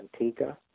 Antigua